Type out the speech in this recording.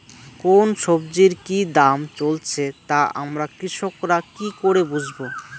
কোন সব্জির কি দাম চলছে তা আমরা কৃষক রা কি করে বুঝবো?